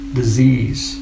disease